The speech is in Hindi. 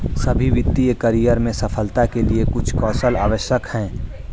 सभी वित्तीय करियर में सफलता के लिए कुछ कौशल आवश्यक हैं